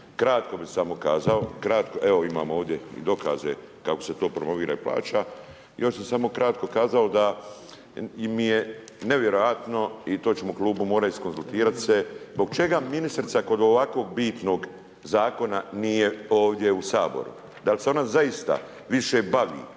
Kratko bi samo kazao, kratko, evo imam ovdje i dokaze kako se to promovira i plaća. Još bi samo kratko kazao da mi je nevjerojatno i to ćemo u klubu morat iskonzultirat se. Zbog čega ministrica kod ovakvog bitnog Zakona nije ovdje u Saboru. Da li se ona zaista više bavi,